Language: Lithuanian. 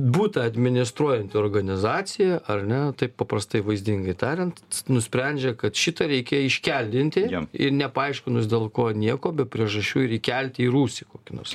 butą administruojanti organizacija ar ne taip paprastai vaizdingai tariant nusprendžia kad šitą reikia iškeldinti ir nepaaiškinus dėl ko nieko be priežasčių ir įkelti į rūsį kokį nors